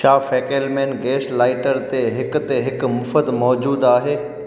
छा फैकेलमेन gas lighter ते हिक ते हिक मुफ़त मौज़ूदु आहे